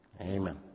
Amen